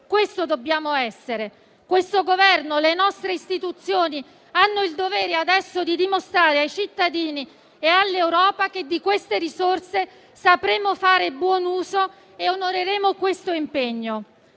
questo dobbiamo essere. Questo Governo e le nostre istituzioni adesso hanno il dovere di dimostrare ai cittadini e all'Europa che di queste risorse sapremo fare buon uso e onoreremo questo impegno.